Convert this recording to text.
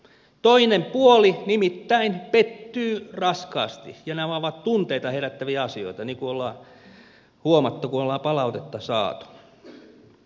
toinen puoli nimittäin pettyy raskaasti ja nämä ovat tunteita herättäviä asioita niin kuin olemme huomanneet kun olemme palautetta saaneet